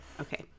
Okay